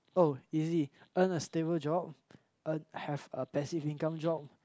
oh easy earn a stable job an have a passive income job